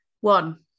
One